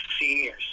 seniors